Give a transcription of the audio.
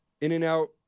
in-and-out